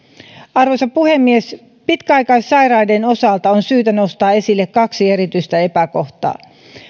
arvoisa puhemies pitkäaikaissairaiden osalta on syytä nostaa esille kaksi erityistä epäkohtaa